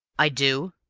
i do.